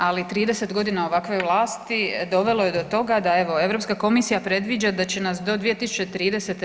Ali 30 godina ovakve vlasti dovelo je do toga da evo Europska komisija predviđa da će nas do 2030.